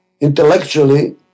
intellectually